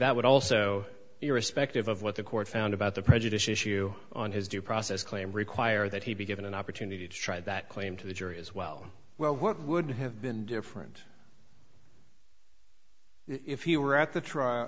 that would also irrespective of what the court found about the prejudice issue on his due process claim require that he be given an opportunity to try that claim to the jury as well well what would have been different if you were at the trial